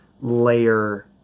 layer